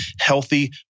healthy